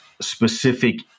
specific